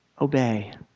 obey